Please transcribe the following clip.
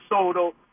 Soto